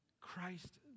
Christ